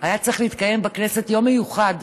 היה צריך להתקיים בכנסת יום מיוחד: